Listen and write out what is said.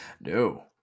No